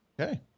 Okay